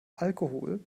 alkohol